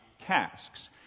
casks